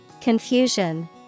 Confusion